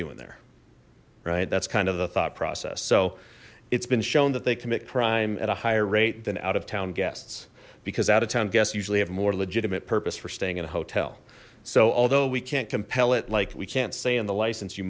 doing there right that's kind of the thought process so it's been shown that they commit crime at a higher rate than out of town guests because out of town guests usually have a more legitimate purpose for staying in a hotel so although we can't compel it like we can't say in the license you